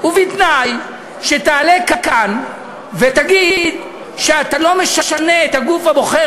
ובתנאי שתעלה כאן ותגיד שאתה לא משנה את הגוף הבוחר,